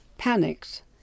panicked